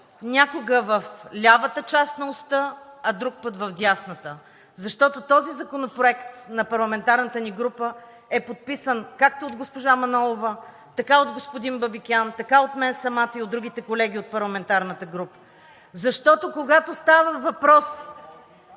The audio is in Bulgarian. някога в лявата част на оста, а друг път в дясната. Защото този законопроект на парламентарната ни група е подписан както от госпожа Манолова, така от господин Бабикян, така от мен самата и от другите колеги от парламентарната група, защото, когато става въпрос